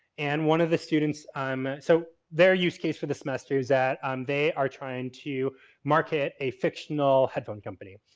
and one of the students. um so, their use case for the semester is that um they are trying to market a fictional headphone company.